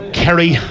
Kerry